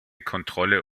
kontrolle